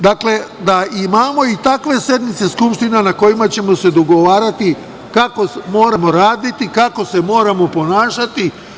Dakle, da imamo i takve sednice Skupštine na kojima ćemo se dogovarati kako moramo raditi, kako se moramo ponašati.